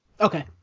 Okay